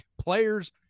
players